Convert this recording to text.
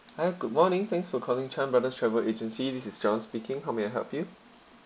hi good morning thanks for calling chan brothers travel agency this is john speaking how may I help you